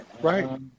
Right